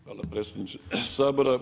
Hvala predsjedniče Sabora.